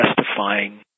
justifying